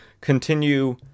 continue